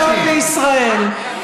שלום לישראל.